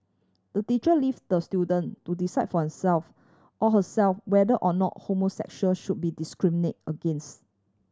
the teacher leaves the student to decide for himself or herself whether or not homosexual should be discriminate against